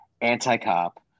anti-cop